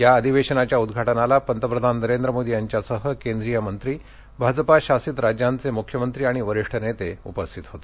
या अधिवेशनाच्या उद्घाटनाला पंतप्रधान नरेंद्र मोदी यांच्यासह केंद्रिय मंत्री भाजपा शासित राज्यांचे मुख्यमंत्री आणि वरीष्ठ नेते उपस्थित होते